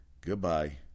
Goodbye